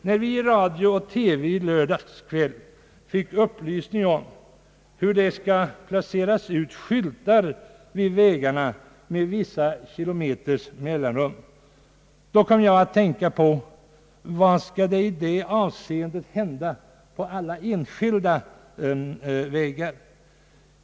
När vi i radio och TV i lördags kväll fick upplysning om att det skall placeras ut skyltar vid vägarna med vissa kilometers mellanrum, undrade jag vad som i detta avseende skall hända på alla enskilda vägar.